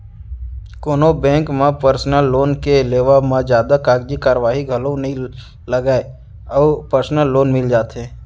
कोनो बेंक म personal loan के लेवब म जादा कागजी कारवाही घलौ नइ लगय अउ परसनल लोन मिल जाथे